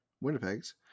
Winnipeg's